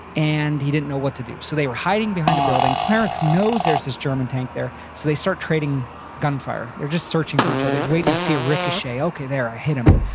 and he didn't know what to do so they were hiding behind a building. clarence knows there's this german tank there. so they start trading gunfire. they're just searching for each other. he's waiting to see a ricochet. okay, there i hit him.